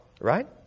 Right